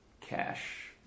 cash